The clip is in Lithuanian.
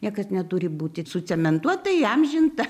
niekas neturi būti sucementuota įamžinta